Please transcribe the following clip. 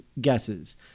guesses